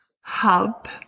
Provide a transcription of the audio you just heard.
Hub